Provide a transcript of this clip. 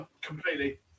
completely